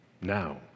now